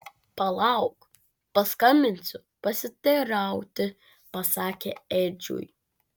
palauk paskambinsiu pasiteirauti pasakė edžiui